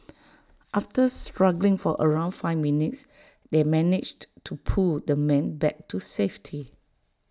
after struggling for around five minutes they managed to pull the man back to safety